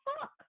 fuck